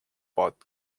but